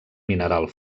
mineral